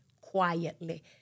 quietly